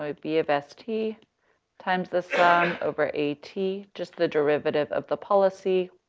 ah b of s t times the sum over a t, just the derivative of the policy.